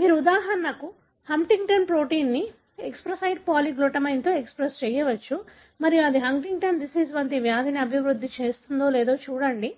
మీరు ఉదాహరణకు హంటింగ్టన్ ప్రోటీన్ను ఎక్స్ప్రెస్డ్ పాలీగ్లుటమైన్తో ఎక్స్ప్రెస్ చేయవచ్చు మరియు ఇది హంటింగ్టన్ డిసీజ్ వంటి వ్యాధిని అభివృద్ధి చేస్తుందో లేదో చూడండి